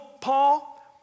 Paul